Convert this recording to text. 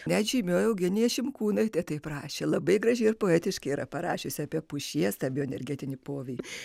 net žymioji eugenija šimkūnaitė taip rašė labai gražiai ir poetiškai yra parašiusi apie pušiestą energetinį poveikį